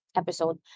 episode